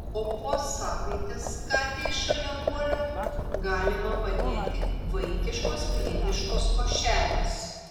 o po savaitės katei šalia guolio galima padėti vaikiškos pieniškos košelės